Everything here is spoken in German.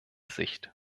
sicht